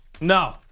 No